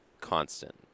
constant